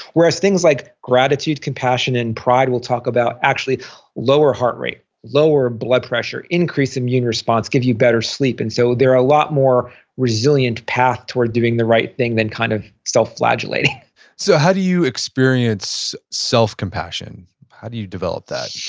whereas things like gratitude, compassion, and pride we'll talk about actually lower heart rate, lower blood pressure, increase immune response, give you better sleep, and so they're a lot more resilient path toward doing the right thing than kind of self-flagellating so how do you experience self-compassion? how do you develop that?